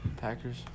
Packers